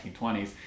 1920s